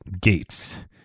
Gates